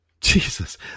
Jesus